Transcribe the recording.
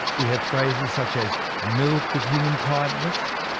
we have phrases such as milk of human kindness,